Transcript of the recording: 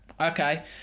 okay